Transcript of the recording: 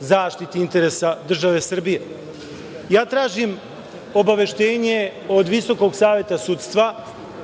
zaštiti interesa Države Srbije. Tražim obaveštenje od VSS, od Ministarstva